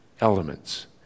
elements